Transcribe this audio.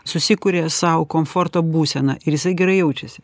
susikuria sau komforto būseną ir jisai gerai jaučiasi